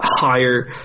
higher